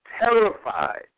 terrified